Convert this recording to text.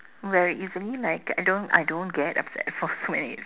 where easily like I don't I don't get upset for so many years